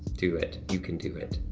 do it, you can do it,